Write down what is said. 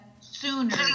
sooner